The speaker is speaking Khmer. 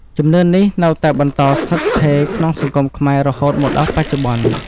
ជំនឿនេះនៅតែបន្តស្ថិតស្ថេរក្នុងសង្គមខ្មែររហូតមកដល់បច្ចុប្បន្ន។